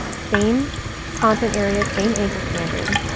same content area, same anchor standard.